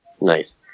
Nice